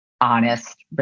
honest